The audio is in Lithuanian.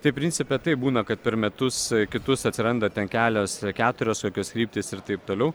tai principe taip būna kad per metus kitus atsiranda ten kelios keturios kokios kryptys ir taip toliau